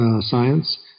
science